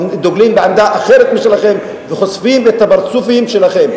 דוגלים בעמדה אחרת משלכם וחושפים את הפרצופים שלכם.